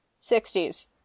60s